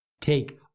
take